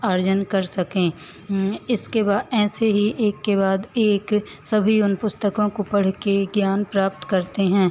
अर्जन कर सकें इसके बाद ऐसे ही एक के बाद एक सभी अन्य पुस्तकों को पढ़ के ज्ञान प्राप्त करते हैं